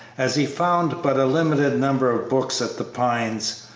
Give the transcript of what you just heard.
as he found but a limited number of books at the pines,